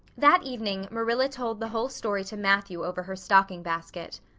that evening marilla told the whole story to matthew over her stocking basket.